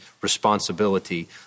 responsibility